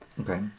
Okay